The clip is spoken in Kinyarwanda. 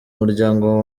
muryango